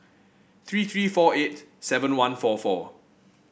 three three four eight seven one four four